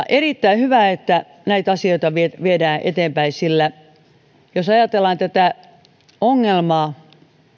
erittäin hyvä että näitä asioita viedään eteenpäin sillä jos ajatellaan tätä ongelmaa